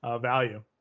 value